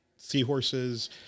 Seahorses